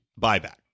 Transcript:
buyback